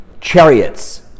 chariots